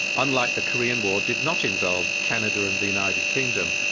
unlike the korean war, did not involve canada and the united kingdom,